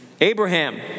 Abraham